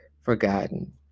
forgotten